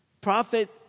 Prophet